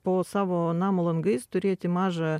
po savo namo langais turėti mažą